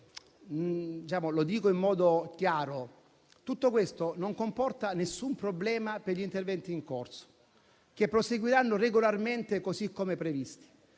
lo dico in modo chiaro - tutto questo non comporta alcun problema per gli interventi in corso, che proseguiranno regolarmente, così come previsto.